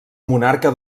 monarca